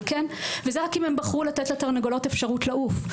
זה רק אם הם בחרו לתת לתרנגולות אפשרות לעוף.